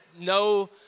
No